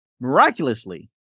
Miraculously